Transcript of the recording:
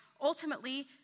ultimately